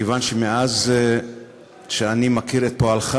מכיוון שמאז אני מכיר את פועלך